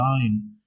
nine